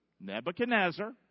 Nebuchadnezzar